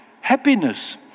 Happiness